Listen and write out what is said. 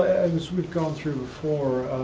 as we've gone through before,